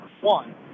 one